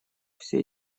все